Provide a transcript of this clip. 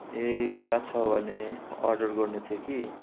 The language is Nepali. ए खुला छ भने अर्डर गर्नु थियो कि